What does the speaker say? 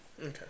Okay